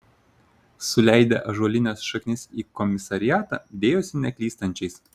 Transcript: suleidę ąžuolines šaknis į komisariatą dėjosi neklystančiais